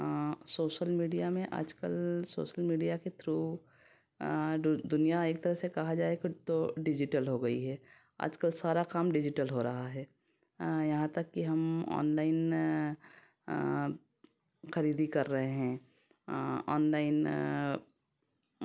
social media में आज कल सोशल मीडिया के थ्रू दुनिया एक तरह से कहा जाए तो डिजिटल हो गई है आज कल सारा काम डिजिटल हो रहा है यहाँ तक की हम ऑनलाइन खरीदी कर रहे हैं ऑनलाइन